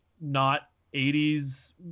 not-80s